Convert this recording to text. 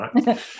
right